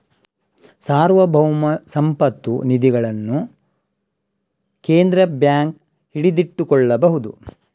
ಸಾರ್ವಭೌಮ ಸಂಪತ್ತು ನಿಧಿಗಳನ್ನು ಕೇಂದ್ರ ಬ್ಯಾಂಕ್ ಹಿಡಿದಿಟ್ಟುಕೊಳ್ಳಬಹುದು